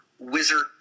wizard